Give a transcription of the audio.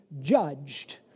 judged